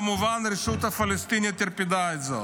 כמובן, הרשות הפלסטינית טרפדה את זה.